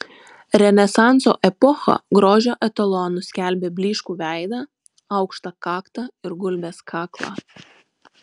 renesanso epocha grožio etalonu skelbė blyškų veidą aukštą kaktą ir gulbės kaklą